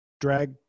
drag